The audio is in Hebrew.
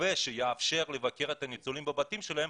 מתווה שיאפשר לבקר את הניצולים בבתים שלהם,